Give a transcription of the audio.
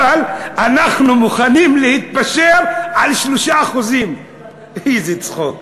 אבל אנחנו מוכנים להתפשר על 3%. איזה צחוק.